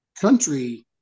country